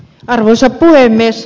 arvoisa puhemies